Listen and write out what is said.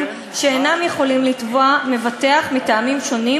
שאינם יכולים לתבוע מבטח מטעמים שונים,